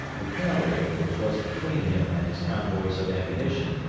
the cavalry, which was between him and his convoys of ammunition,